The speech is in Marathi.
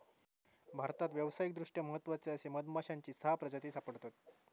भारतात व्यावसायिकदृष्ट्या महत्त्वाचे असे मधमाश्यांची सहा प्रजाती सापडतत